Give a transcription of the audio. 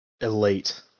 Elite